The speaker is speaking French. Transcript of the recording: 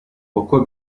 pourquoi